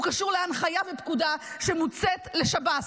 הוא קשור להנחיה ופקודה שמוצאת לשב"ס.